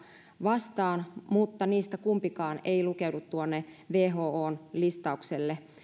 vastaan mutta niistä kumpikaan ei lukeudu tuonne whon listaukseen